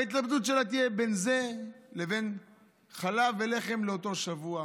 וההתלבטות שלה תהיה בין זה לבין חלב ולחם לאותו שבוע.